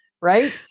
Right